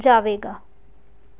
ਜਾਵੇਗਾ